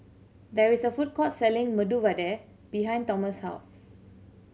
there is a food court selling Medu Vada behind Tomas' house